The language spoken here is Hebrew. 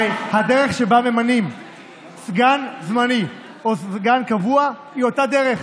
הרי הדרך שבה ממנים סגן זמני או סגן קבוע היא אותה הדרך,